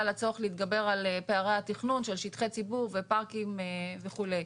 הצורך להתגבר על פערי התכנון של שטחי ציבור ופארקים וכולי.